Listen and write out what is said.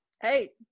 Hey